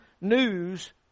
news